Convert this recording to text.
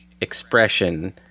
expression